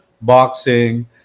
boxing